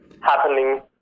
happening